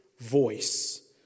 voice